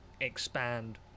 expand